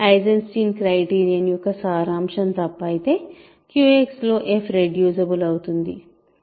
Eisenstein criterion యొక్క సారాంశం తప్పు అయితే QX లో f రెడ్యూసిబుల్ అవుతుంది